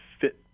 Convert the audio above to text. fit